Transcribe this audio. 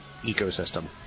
ecosystem